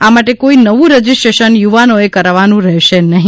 આ માટે કોઇ નવું રજીસ્ટ્રેશન યુવાનોએ કરવાનું રહેશે નહી